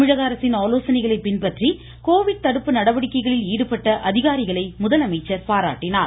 தமிழக அரசின் ஆலோசனைகளை பின்பற்றி கோவிட் தடுப்பு நடவடிக்கைகளில் ஈடுபட்ட அதிகாரிகளை முதலமைச்சர் பாராட்டினார்